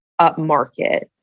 upmarket